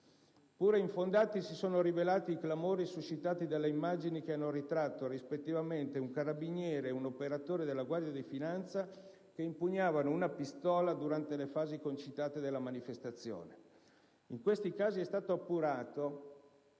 Pure infondati si sono rivelati i clamori suscitati dalle immagini che hanno ritratto, rispettivamente un carabiniere ed un operatore della Guardia di finanza, che impugnavano una pistola durante le fasi concitate della manifestazione. In questi casi è stato appurato